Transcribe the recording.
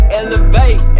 elevate